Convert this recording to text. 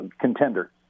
contender